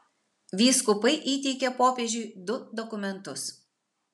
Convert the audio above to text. vyskupai įteikė popiežiui du dokumentus